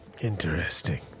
Interesting